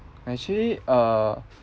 actually uh